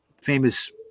famous